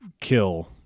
kill